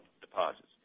deposits